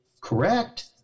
correct